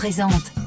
Présente